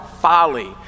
folly